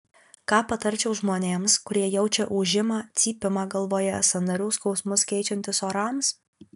ką patarčiau žmonėms kurie jaučia ūžimą cypimą galvoje sąnarių skausmus keičiantis orams